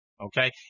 Okay